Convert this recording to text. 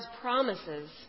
promises